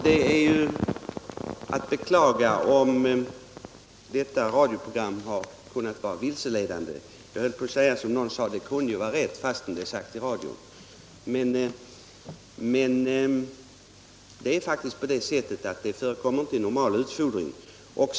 Herr talman! Det är att beklaga om radioprogrammet har varit vilseledande. Det kunde ju ha varit rätt fastän det har sagts i radio, höll jag på att säga, men det är faktiskt på det sättet att tillsats av antibiotika förekommer inte i normal utfodring.